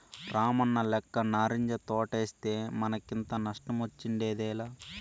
రామన్నలెక్క నారింజ తోటేస్తే మనకింత నష్టమొచ్చుండేదేలా